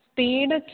speed